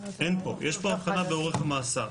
יש פה הבחנה באורך המאסר.